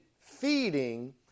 feeding